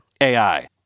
AI